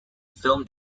film